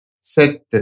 set